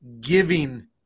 giving –